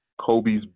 Kobe's